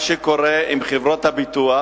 מה שקורה עם חברות הביטוח,